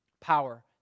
power